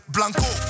Blanco